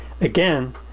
Again